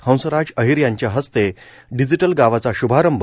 हंसराज अहिर यांच्या हस्ते डिजिटल गावाचा शुभारंभ